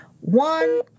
One